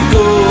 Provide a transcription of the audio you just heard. go